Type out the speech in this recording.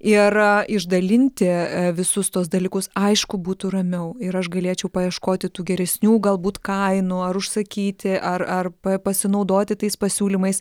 ir išdalinti visus tuos dalykus aišku būtų ramiau ir aš galėčiau paieškoti tų geresnių galbūt kainų ar užsakyti ar ar pa pasinaudoti tais pasiūlymais